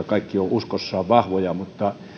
kaikki ovat uskossaan vahvoja mutta